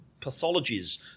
pathologies